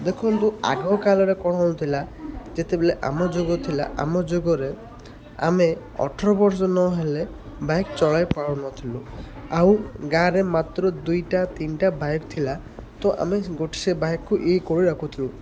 ଦେଖନ୍ତୁ ଆଗକାଳରେ କ'ଣ ହେଉଥିଲା ଯେତେବେଳେ ଆମ ଯୁଗ ଥିଲା ଆମ ଯୁଗରେ ଆମେ ଅଠର ବର୍ଷ ନ ହେଲେ ବାଇକ୍ ଚଳାଇ ପାରୁନଥିଲୁ ଆଉ ଗାଁରେ ମାତ୍ର ଦୁଇଟା ତିନିଟା ବାଇକ୍ ଥିଲା ତ ଆମେ ଗୋଟେ ସେ ବାଇକ୍କୁ ଇଏ କରି ରଖୁଥିଲୁ